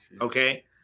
okay